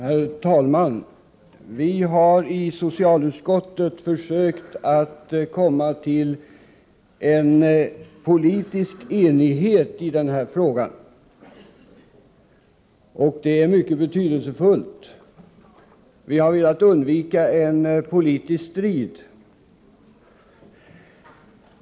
Herr talman! Vi har i socialutskottet försökt nå politisk enighet i den här frågan, och det är mycket betydelsefullt. Vi har velat undvika en politisk strid.